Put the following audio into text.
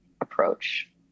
approach